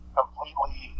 completely